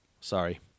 Sorry